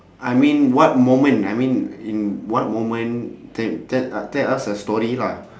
I mean what moment I mean in what moment tell tell u~ tell us a story lah